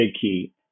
key